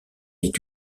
est